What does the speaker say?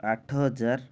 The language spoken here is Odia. ଆଠ ହଜାର